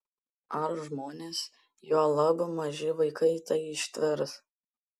ar žmonės juolab maži vaikai tai ištvers